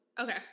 okay